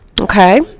Okay